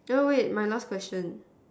err wait my last question